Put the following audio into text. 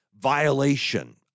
violation